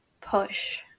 push